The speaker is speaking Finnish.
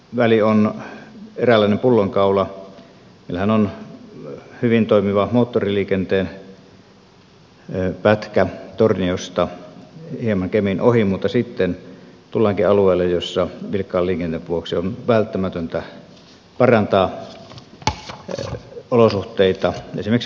meillähän on hyvin toimiva moottoritieliikenteen pätkä torniosta hieman kemin ohi mutta sitten tullaankin alueelle missä vilkkaan liikenteen vuoksi on välttämätöntä parantaa olosuhteita esimerkiksi ohituskaistoja rakentamalla